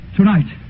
Tonight